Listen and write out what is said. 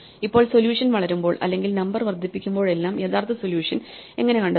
ഇപ്പോൾ സൊല്യൂഷൻ വളരുമ്പോൾ അല്ലെങ്കിൽ നമ്പർ വർദ്ധിപ്പിക്കുമ്പോഴെല്ലാം യഥാർത്ഥ സൊല്യൂഷൻ എങ്ങനെ കണ്ടെത്താം